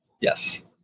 Yes